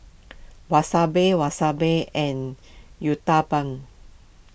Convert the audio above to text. Wasabi Wasabi and Uthapam